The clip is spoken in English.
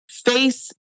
Face